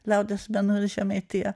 liaudies menu žemaitija